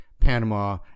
Panama